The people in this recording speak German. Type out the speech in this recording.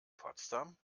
potsdam